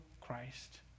Christ